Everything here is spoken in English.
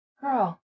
girl